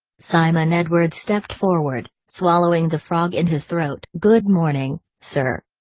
simon edwards stepped forward, swallowing the frog in his throat. good morning, sir.